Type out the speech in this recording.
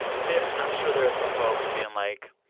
there i'm sure there are some folks being like,